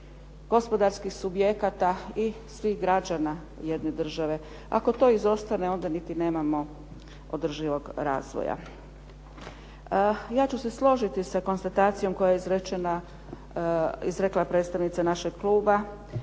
gospodarskih subjekata i svih građana jedne države. Ako to izostane, onda niti nemamo održivog razvoja. Ja ću se složiti sa konstatacijom koja je izrečena, izrekla predstavnica našeg kluba